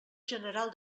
general